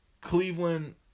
Cleveland